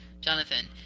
Jonathan